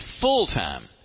full-time